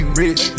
rich